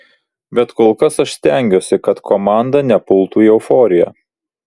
bet kol kas aš stengiuosi kad komanda nepultų į euforiją